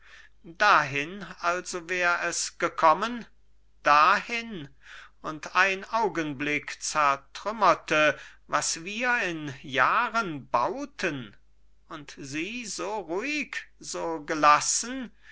dahin also wär es gekommen dahin und ein augenblick zertrümmerte was wir in jahren bauten und sie so ruhig so gelassen